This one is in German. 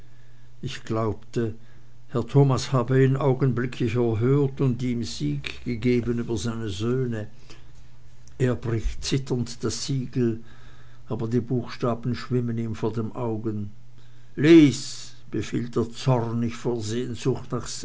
ich glaubte herr thomas habe ihn augenblicklich erhört und ihm sieg gegeben über die söhne er bricht zitternd das siegel aber die buchstaben schwimmen ihm vor den augen lies befiehlt er zornig vor sehnsucht nach